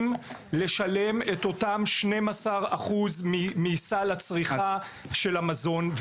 לשלם את אותם 12% מסל הצריכה של המזון.